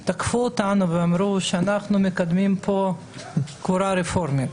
הם תקפו אותנו ואמרו שאנחנו מקדמים פה קבורה רפורמית.